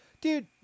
dude